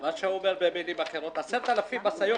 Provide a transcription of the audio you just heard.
מה שהוא אומר במילים אחרות זה ש-10,000 משאיות